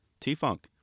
T-Funk